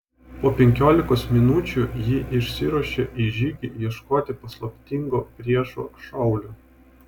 po penkiolikos minučių ji išsiruošė į žygį ieškoti paslaptingo priešo šaulio